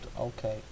Okay